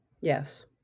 Yes